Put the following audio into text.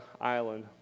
island